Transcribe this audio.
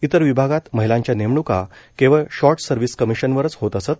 इतर विभागात महिलांच्या नेमण्का केवळ शॉर्ट सर्व्हिस कमिशनवरच होत असत